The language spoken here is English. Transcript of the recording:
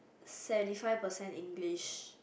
seventy five percent English